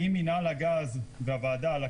האם מינהל הגז בוועדה,